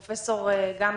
פרופ' גמזו,